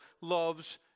loves